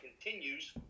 continues